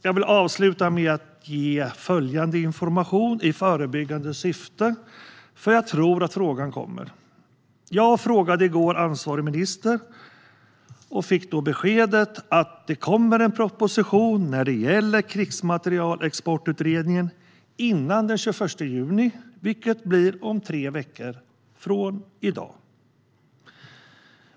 Jag vill avsluta med att ge följande information i förebyggande syfte, för jag tror att frågan kommer. Jag frågade i går ansvarig minister och fick då beskedet att det kommer en proposition när det gäller Krigsmaterielexportutredningen före den 21 juni, vilket blir om tre veckor från i dag.